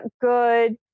good